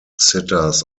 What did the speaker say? sitters